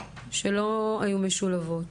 שלא היו משולבות.